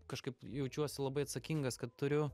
kažkaip jaučiuosi labai atsakingas kad turiu